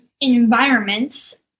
environments